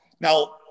now